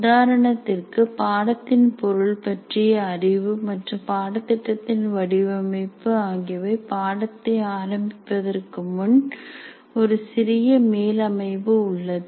உதாரணத்திற்கு பாடத்தின் பொருள் பற்றிய அறிவு மற்றும் பாடத்திட்டத்தின் வடிவமைப்பு ஆகியவை பாடத்தை ஆரம்பிப்பதற்கு முன் ஒரு சிறிய மேல் அமைவு உள்ளது